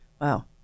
Wow